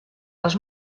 les